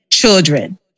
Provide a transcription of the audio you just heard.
children